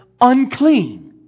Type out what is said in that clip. unclean